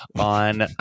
on